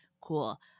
Cool